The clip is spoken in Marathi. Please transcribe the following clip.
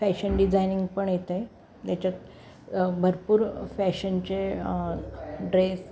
फॅशन डिझायनिंग पण येतं आहे त्याच्यात भरपूर फॅशनचे ड्रेस